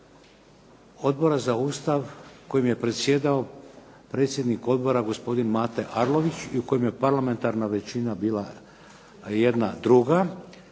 Odbora za Ustav kojim je predsjedao predsjednik odbora gospodin Mate Arlović i u kojem je parlamentarna većina bila jedna druga